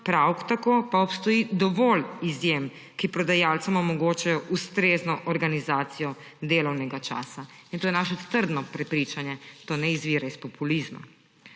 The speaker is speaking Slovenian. prav tako pa obstoji dovolj izjem, ki prodajalcem omogočajo ustrezno organizacijo delovnega časa. In to je naše trdno prepričanje, to ne izvira iz populizma.